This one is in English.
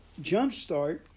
jumpstart